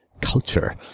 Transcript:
culture